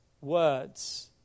words